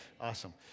Awesome